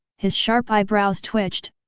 his sharp eyebrows twitched,